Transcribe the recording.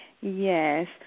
Yes